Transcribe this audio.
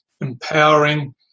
empowering